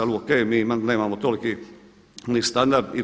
Ali o.k. mi nemamo toliki ni standard i